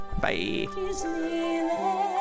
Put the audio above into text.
Bye